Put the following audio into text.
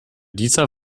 dieser